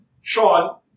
Sean